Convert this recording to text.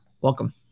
welcome